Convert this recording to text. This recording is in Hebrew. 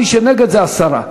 מי שנגד, זה הסרה.